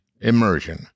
Immersion